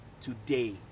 today